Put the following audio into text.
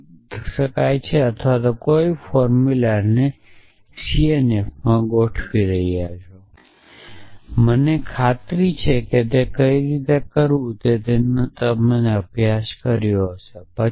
અને ગૌરવપૂર્ણ સ્થિરતા જે કરી શકાય છે અને પછી કોઈપણ ફોર્મ્યુલાને સીએનએફમાં ગોઠવી રહ્યાં છો તે મને કંઈક ખાતરી છે કે તમે તે કેવી રીતે કરવું તે અભ્યાસ કર્યો છે